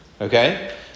okay